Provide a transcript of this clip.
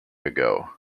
ago